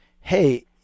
hey